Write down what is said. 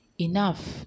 Enough